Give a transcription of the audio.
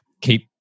keep